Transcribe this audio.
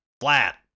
Flat